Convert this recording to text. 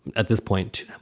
at this point,